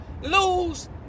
Lose